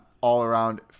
all-around